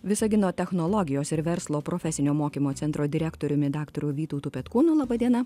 visagino technologijos ir verslo profesinio mokymo centro direktoriumi daktaru vytautu petkūnu laba diena